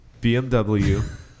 BMW